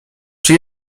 czy